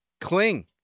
cling